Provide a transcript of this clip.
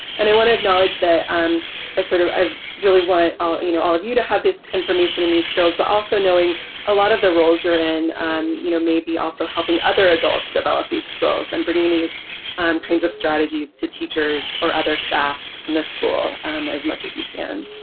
and i want to acknowledge that and i sort of really want ah you know all of you to have this information in these skills, but also knowing a lot of the roles you're in and um you know maybe also helping other adults develop these skills and bringing these kinds of strategies to teachers or other staff in this school um as much as you can.